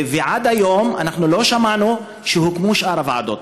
ועד היום אנחנו לא שמענו שהוקמו שאר הוועדות.